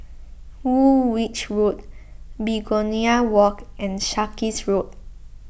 Woolwich Road Begonia Walk and Sarkies Road